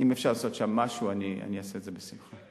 אם אפשר לעשות שם משהו אני אעשה את זה בשמחה.